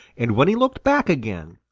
and when he looked back again,